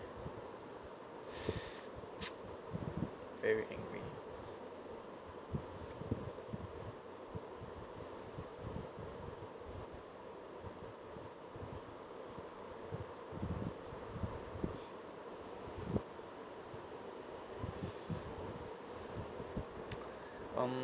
very angry mm